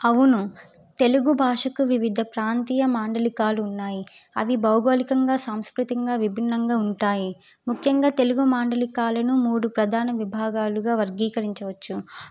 అవును తెలుగు భాషకు వివిధ ప్రాంతీయ మాండలికాలు ఉన్నాయి అవి భౌగోళికంగా సాంస్కృతింగా విభిన్నంగా ఉంటాయి ముఖ్యంగా తెలుగు మాండలికాలను మూడు ప్రధాన విభాగాలుగా వర్గీకరించవచ్చు